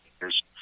years